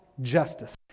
justice